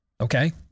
Okay